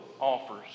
offers